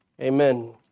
amen